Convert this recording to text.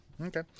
Okay